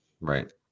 Right